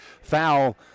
foul